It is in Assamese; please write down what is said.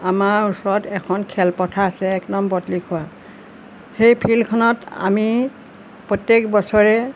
আমাৰ ওচৰত এখন খেলপথাৰ আছে এক সেই ফিল্ডখনত আমি প্ৰত্যেক বছৰে